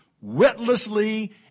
witlessly